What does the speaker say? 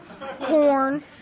Corn